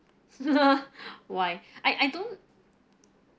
why I I don't